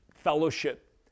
Fellowship